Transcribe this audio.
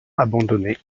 abandonné